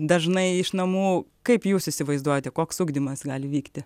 dažnai iš namų kaip jūs įsivaizduojate koks ugdymas gali vykti